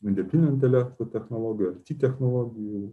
dirbtinio intelekto technologų it technologijų